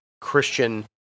Christian